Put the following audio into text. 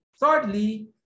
Thirdly